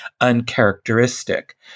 uncharacteristic